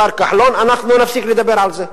השר כחלון, אנחנו נפסיק לדבר על זה.